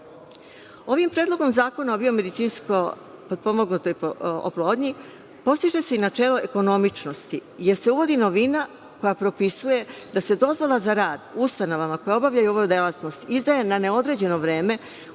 EU.Ovim predlogom Zakona o biomedicinski potpomognutoj oplodnji postiže se i načelo ekonomičnosti jer se uvodi novina koja propisuje da se dozvola za rad ustanovama koje obavljaju ovu delatnost izdaje na neodređeno vreme